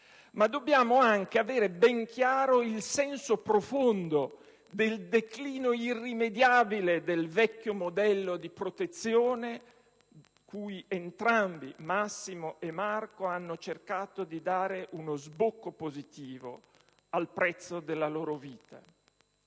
Ma dobbiamo anche avere ben chiaro il senso profondo del declino irrimediabile del vecchio modello di protezione cui entrambi, Massimo e Marco, hanno cercato di dare uno sbocco positivo, al prezzo della loro vita.